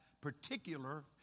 particular